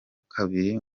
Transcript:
kabiri